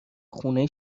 خونه